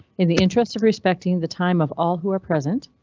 in the interests of respecting the time of all who are present.